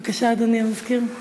בבקשה, אדוני המזכיר.